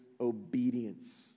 obedience